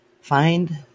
find